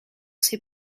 ses